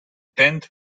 tenth